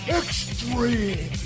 extreme